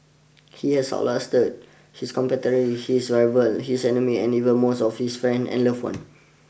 He has out lasted his contemporaries his rivals his enemies and even most of his friends and loved ones